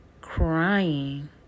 crying